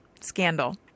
Scandal